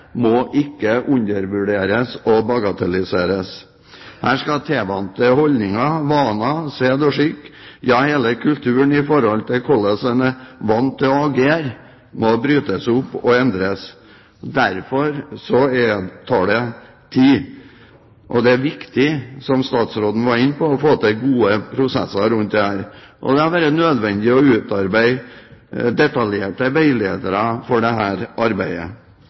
må ikke undervurderes og bagatelliseres. Her må tilvante holdninger, vaner, sed og skikk, ja hele kulturen for hvordan en er vant til å agere, brytes opp og endres. Derfor tar dette tid. Det er viktig, som statsråden var inne på, å få til gode prosesser rundt dette. Og det har vært nødvendig å utarbeide detaljerte veiledere for dette arbeidet. Når mange skal med i en slik prosess, så må det